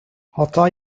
hata